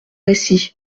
récit